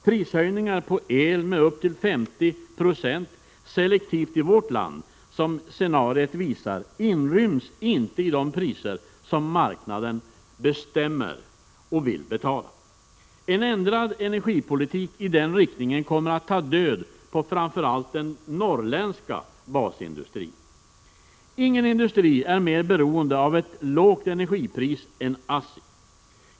Prishöjningar på el med upp till 50 96 selektivt i vårt land, som scenariot visar, inryms inte i de priser som marknaden bestämmer och vill betala. En ändrad energipolitik i den riktningen kommer att ta död på framför allt den norrländska basindustrin. Ingen industri är mer beroende av ett lågt energipris än ASSI.